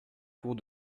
cours